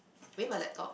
maybe my laptop